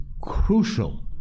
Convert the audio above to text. crucial